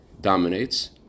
dominates